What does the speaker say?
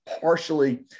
partially